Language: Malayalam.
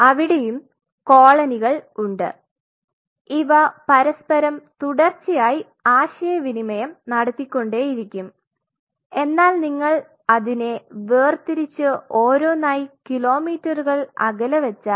അവിടെയും കോളനികൾ ഉണ്ട് ഇവ പരസ്പരം തുടർച്ചയായി ആശയവിനിമയം നടത്തികൊണ്ടേയിരിക്കും എന്നാൽ നിങ്ങൾ അതിനെ വേർതിരിച്ച് ഓരോന്നായി കിലോമീറ്റർ അകലെ വെച്ചാൽ